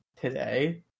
today